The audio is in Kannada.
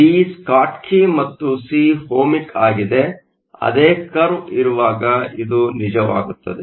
ಬಿ ಸ್ಕಾಟ್ಕಿ ಮತ್ತು ಸಿ ಓಹ್ಮಿಕ್ ಆಗಿದೆ ಅದೇ ಕರ್ವ್ ಇರುವಾಗ ಇದು ನಿಜವಾಗುತ್ತದೆ